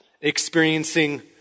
experiencing